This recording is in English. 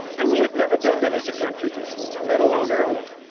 and we had never done that as a country before, let alone early.